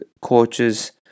coaches